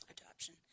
adoption